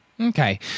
Okay